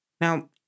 Now